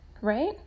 right